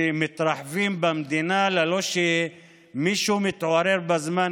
שמתרחבים במדינה בלי שמישהו מתעורר בזמן